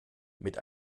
mit